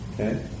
Okay